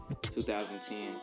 2010